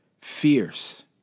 Fierce